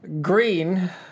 Green